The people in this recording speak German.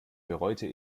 bereute